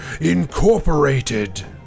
incorporated